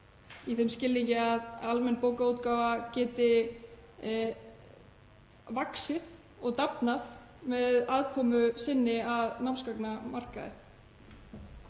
í þeim skilningi að almenn bókaútgáfa geti vaxið og dafnað með aðkomu sinni að námsgagnamarkaði.